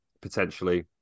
potentially